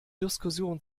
diskussion